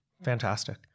Fantastic